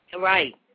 Right